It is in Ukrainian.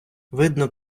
видно